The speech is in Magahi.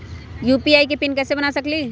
यू.पी.आई के पिन कैसे बना सकीले?